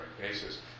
basis